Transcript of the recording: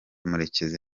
murekezi